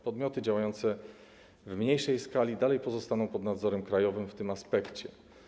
Podmioty działające w mniejszej skali dalej pozostaną pod nadzorem krajowym w tym aspekcie.